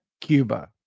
Cuba